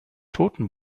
toten